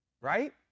right